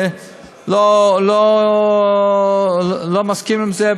אני לא מסכים עם זה,